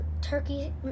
turkey